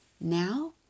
now